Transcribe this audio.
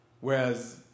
Whereas